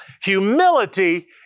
Humility